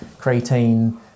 Creatine